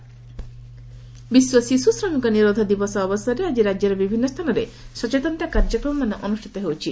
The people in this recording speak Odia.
ଶିଶୁ ଶ୍ରମିକ ନିରୋଧ ଦିବସ ବିଶ୍ୱ ଶିଶ୍ୱ ଶ୍ରମିକ ନିରୋଧ ଦିବସ ଅବସରରେ ଆଜି ବିଭିନ୍ନ ସ୍ଥାନରେ ସଚେତନତା କାର୍ଯ୍ୟକ୍ରମମାନ ଅନୁଷ୍ଚିତ ହେଉଛି